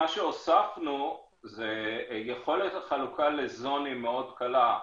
מה שהוספנו זה יכולת החלוקה לאזורים מאוד קלה.